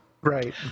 Right